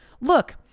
Look